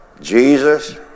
Jesus